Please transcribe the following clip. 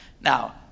Now